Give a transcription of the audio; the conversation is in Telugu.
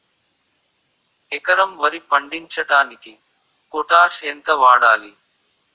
ఎకరం వరి పండించటానికి పొటాష్ ఎంత వాడాలి?